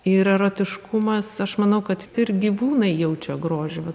ir erotiškumas aš manau kad ir gyvūnai jaučia grožį